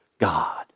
God